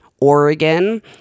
Oregon